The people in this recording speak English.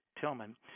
Tillman